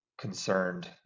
concerned